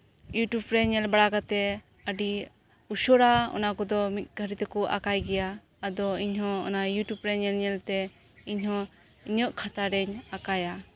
YouTube ᱨᱮ ᱧᱮᱞ ᱵᱟᱲᱟ ᱠᱟᱛᱮᱫ ᱟᱹᱰᱤ ᱩᱥᱟᱹᱨᱟ ᱚᱱᱟ ᱠᱚᱫᱚ ᱢᱤᱫ ᱜᱷᱟᱹᱲᱤ ᱛᱮᱠᱚ ᱟᱠᱟᱣ ᱜᱮᱭᱟ ᱟᱫᱚ ᱤᱧᱦᱚ ᱚᱱᱟ ᱤᱭᱩᱴᱤᱵ ᱨᱮ ᱧᱮᱞ ᱧᱮᱞᱛᱮ ᱤᱧᱦᱚ ᱤᱧᱟᱹᱜ ᱠᱷᱟᱛᱟᱨᱮᱧ ᱟᱠᱟᱣᱟ